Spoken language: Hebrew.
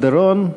קלדרון,